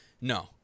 No